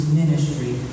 ministry